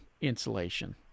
insulation